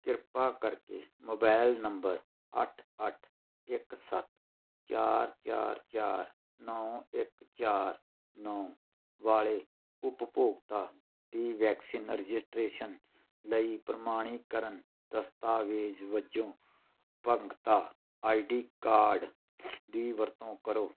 ਕਿਰਪਾ ਕਰਕੇ mobile number ਅੱਠ ਅੱਠ ਇੱਕ ਸੱਤ ਚਾਰ ਚਾਰ ਚਾਰ ਨੌਂ ਇੱਕ ਚਾਰ ਨੌਂ ਵਾਲੇ ਉਪਭੋਗਤਾ ਦੀ ਵੈਕਸੀਨ ਰਜਿਸਟ੍ਰੇਸ਼ਨ ਲਈ ਪ੍ਰਮਾਣੀਕਰਨ ਦਸਤਾਵੇਜ਼ ਵਜੋਂ ਅਪੰਗਤਾ ਆਈ ਡੀ ਕਾਰਡ ਦੀ ਵਰਤੋਂ ਕਰੋ